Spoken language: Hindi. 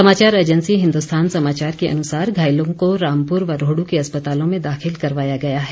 समाचार ऐजेंसी हिन्दुस्थान समाचार के अनुसार घायलों को रामपुर व रोहडू के अस्पतालों में दाखिल करवाया गया है